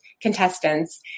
contestants